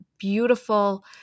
beautiful